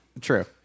True